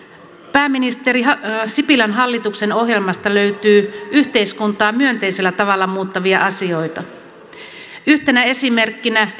pääministeri sipilän hallituksen ohjelmasta löytyy yhteiskuntaa myönteisellä tavalla muuttavia asioita yhtenä esimerkkinä